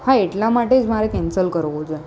હા એટલા માટે જ મારે કેન્સલ કરવો છે